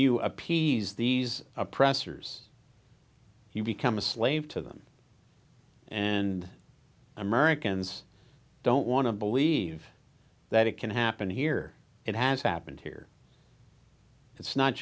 appease these oppressors you become a slave to them and americans don't want to believe that it can happen here it has happened here it's not